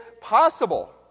possible